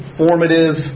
formative